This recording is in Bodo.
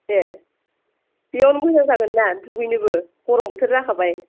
ए बेयावनो मोजां जागोन ना दुगैनोबो गरम बोथोर जाखाबाय